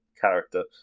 character